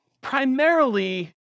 primarily